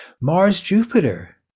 Mars-Jupiter